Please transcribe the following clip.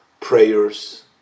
prayers